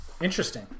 Interesting